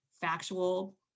factual